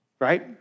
right